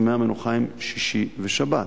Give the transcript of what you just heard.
ימי המנוחה הם שישי ושבת.